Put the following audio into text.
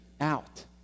out